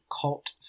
cult